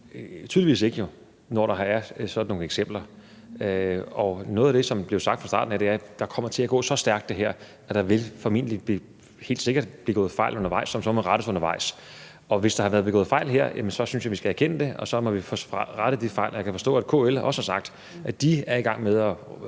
Tydeligvis ikke jo, når der er sådan nogle eksempler. Og noget af det, som blev sagt fra starten af, er, at det her kommer til at gå så stærkt, at der formentlig – helt sikkert – vil blive begået fejl undervejs, som så må rettes undervejs. Og hvis der er blevet begået fejl her, synes jeg, vi skal erkende det, og så må vi få rettet de fejl. Og jeg kan forstå, at KL også har sagt, at de er i gang med at